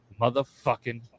Motherfucking